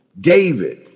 David